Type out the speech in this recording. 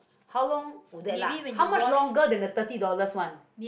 how long do they last how much longer than the thirty dollars one